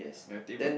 your table